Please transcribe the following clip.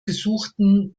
gesuchten